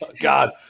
God